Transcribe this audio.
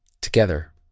together